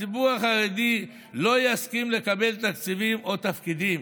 הציבור החרדי לא יסכים לקבל תקציבים או תפקידים.